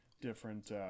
different